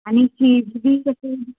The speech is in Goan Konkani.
आनी फीज बी कशें